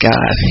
God